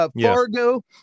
Fargo